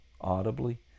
audibly